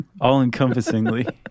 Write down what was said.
All-encompassingly